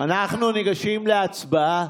אנחנו ניגשים להצבעה,